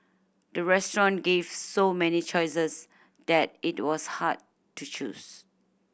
the restaurant gave so many choices that it was hard to choose